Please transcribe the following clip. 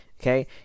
okay